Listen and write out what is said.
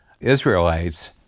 Israelites